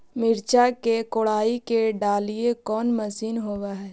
मिरचा के कोड़ई के डालीय कोन मशीन होबहय?